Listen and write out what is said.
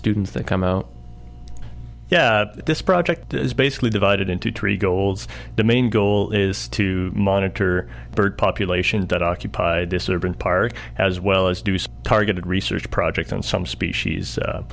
students that come out yeah this project is basically divided into three goals the main goal is to monitor the bird population that occupied this urban park as well as do some targeted research projects on some species